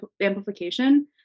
amplification